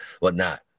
whatnot